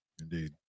Indeed